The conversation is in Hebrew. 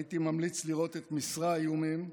הייתי ממליץ לראות את משרע האיומים,